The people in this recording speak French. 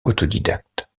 autodidacte